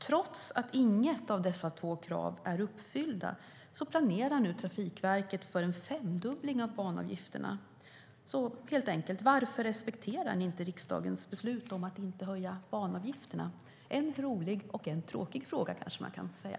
Trots att inget av dessa två krav är uppfyllt planerar nu Trafikverket för en femdubbling av banavgifterna. Varför respekterar ni inte riksdagens beslut att inte höja banavgifterna? Det är en rolig och en tråkig fråga, kanske man kan säga.